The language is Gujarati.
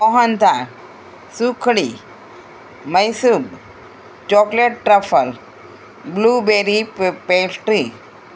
mohanthal sukhdi Mysore chocolate truffle blueberry pastry